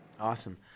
awesome